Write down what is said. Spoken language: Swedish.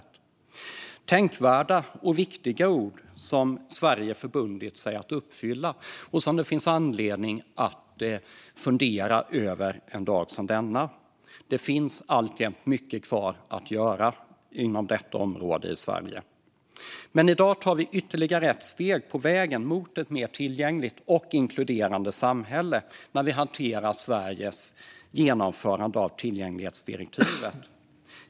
Det är tänkvärda och viktiga ord som Sverige förbundit sig att uppfylla och som det finns anledning att fundera över en dag som denna. Det finns alltjämt mycket kvar att göra inom detta område i Sverige. I dag tar vi ytterligare ett steg på vägen mot ett mer tillgängligt och inkluderande samhälle när vi hanterar Sveriges genomförande av tillgänglighetsdirektivet.